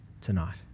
tonight